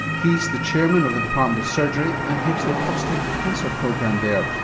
he's the chairman of the department of surgery and heads the prostate cancer program there.